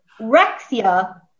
Rexia